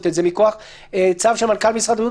את זה מכוח צו של מנכ"ל משרד הבריאות,